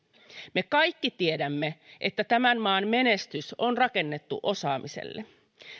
me kaikki tiedämme että tämän maan menestys on rakennettu osaamiselle